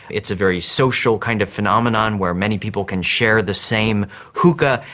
it's a very social kind of phenomenon where many people can share the same hookah.